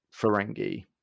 Ferengi